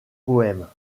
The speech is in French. poèmes